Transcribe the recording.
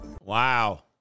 Wow